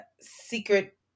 secret